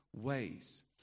ways